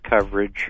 coverage